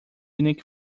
unique